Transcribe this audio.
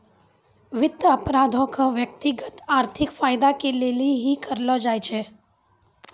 वित्त अपराधो के व्यक्तिगत आर्थिक फायदा के लेली ही करलो जाय छै